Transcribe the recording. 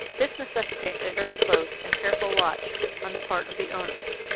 this necessitates a very close and careful watch on the part of the owners.